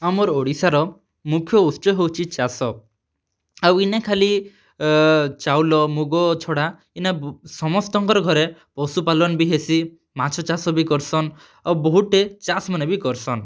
ଆମର୍ ଓଡ଼ିଶାର ମୁଖ୍ୟ ଉତ୍ସ ହେଉଛେ ଚାଷ ଆଉ ଇନେ ଖାଲି ଚାଉଲ୍ ମୁଗ୍ ଛଡ଼ା ଇନେ ସମସ୍ତଙ୍କର୍ ଘରେ ପଶୁ ପାଳନ୍ ବି ହେସି ମାଛ ଚାଷ ବି କର୍ସନ୍ ଆଉ ବହୁତ୍'ଟେ ଚାଷ୍ ମାନେ ବି କର୍ସନ୍